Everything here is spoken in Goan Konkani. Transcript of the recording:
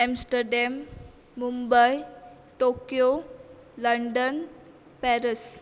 Amsterdam Mumbai Tokyo London Paris